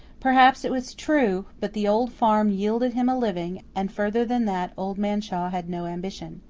perhaps it was true but the old farm yielded him a living, and further than that old man shaw had no ambition.